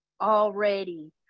already